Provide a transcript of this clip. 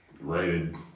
Rated